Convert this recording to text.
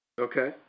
Okay